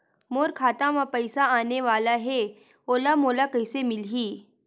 मोर खाता म पईसा आने वाला हे ओहा मोला कइसे मिलही?